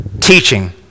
teaching